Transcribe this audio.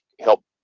help